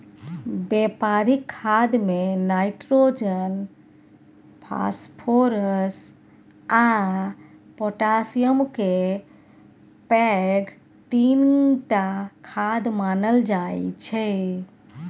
बेपारिक खादमे nitrogen, phosphorus आ पोटाशियमकेँ पैघ तीनटा खाद मानल जाइ छै